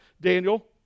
Daniel